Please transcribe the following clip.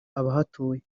abahatuye